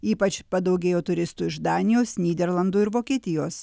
ypač padaugėjo turistų iš danijos nyderlandų ir vokietijos